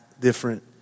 different